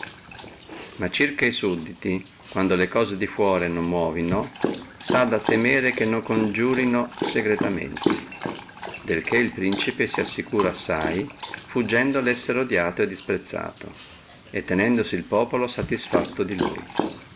ma circa sudditi quando le cose di fuora non muovino si ha a temere che non coniurino secretamente di che el principe si assicura assai fuggendo lo essere odiato o disprezzato e tenendosi el populo satisfatto di lui